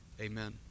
Amen